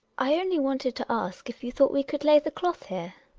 i only wanted to ask if you thought we could lay the cloth here?